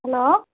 hello